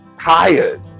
Tired